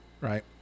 right